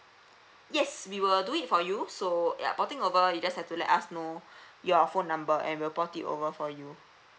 yes we will do it for you so yup porting over you just have to let us know your phone number and we will port it over for you